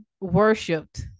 worshipped